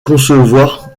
concevoir